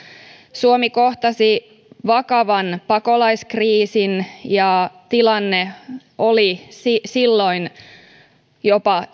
suomi kohtasi vakavan pakolaiskriisin ja tilanne oli silloin hetkellisesti jopa